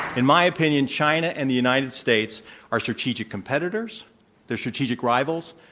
in my opinion, china and the united states are strategic competitors they're strategic rivals,